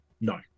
no